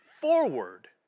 forward